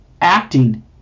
acting